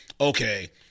okay